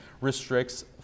restricts